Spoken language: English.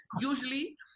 Usually